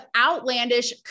outlandish